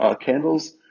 candles